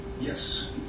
Yes